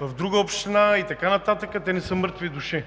в друга община и така нататък, те не са мъртви души.